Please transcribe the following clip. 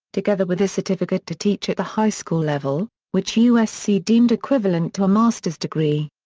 together with a certificate to teach at the high school level, which usc deemed equivalent to a master's degree.